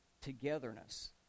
togetherness